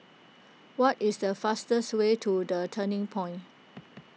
what is the fastest way to the Turning Point